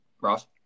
Ross